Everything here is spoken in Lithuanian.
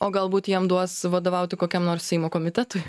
o galbūt jam duos vadovauti kokiam nors seimo komitetui